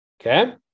Okay